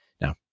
now